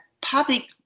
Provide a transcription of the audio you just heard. public